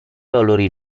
valori